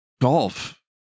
golf